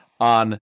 on